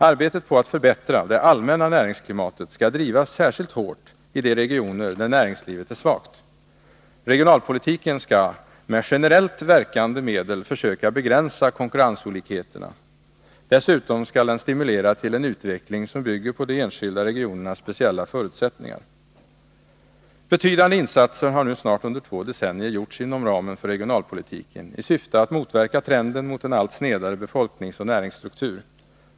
Arbetet på att förbättra det allmänna näringsklimatet skall drivas särskilt hårt i de regioner där näringslivet är svagt. Regionalpolitiken skall med generellt verkande medel försöka begränsa konkurrensolikheterna. Dessutom skall den stimulera till en utveckling som bygger på de enskilda regionernas speciella förutsättningar. Betydande insatser har gjorts under snart två decennier inom ramen för regionalpolitiken i syfte att motverka trenden mot en allt snedare befolkningsoch näringsstruktur.